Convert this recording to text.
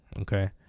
okay